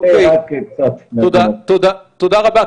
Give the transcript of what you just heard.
תודה רבה.